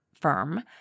firm